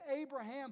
Abraham